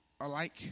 alike